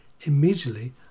immediately